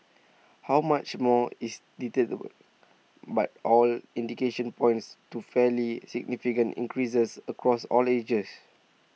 how much more is but all indications points to fairly significant increases across all ages